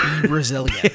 Brazilian